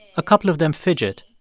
a couple of them fidget,